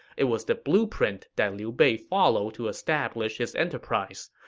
it was the blueprint that liu bei followed to establish his enterprise.